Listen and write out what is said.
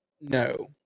no